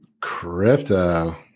Crypto